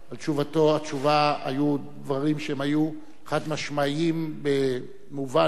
בתשובה היו דברים חד-משמעיים במובן היסטורי